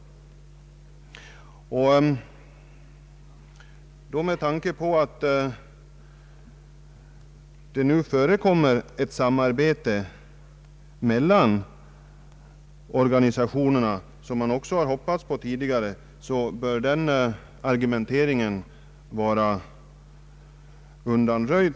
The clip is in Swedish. Eftersom det nu förekommer ett samarbete mellan organisationerna, som man också hoppats på tidigare, bör den argumenteringen vara undanröjd.